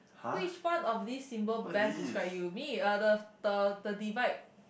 which part of this symbol best describe you be it other the the divide